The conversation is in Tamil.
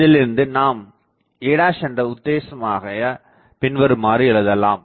இதிலிருந்து நாம் a உத்தேசமாகப் பின்வருமாறு எழுதலாம்